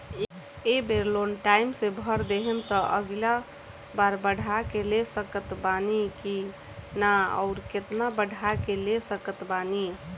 ए बेर loan time से भर देहम त अगिला बार बढ़ा के ले सकत बानी की न आउर केतना बढ़ा के ले सकत बानी?